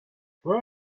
where